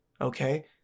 okay